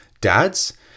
dads